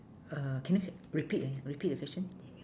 uh can you can repeat uh repeat the question